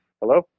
Hello